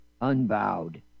unbowed